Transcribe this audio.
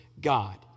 God